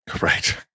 Right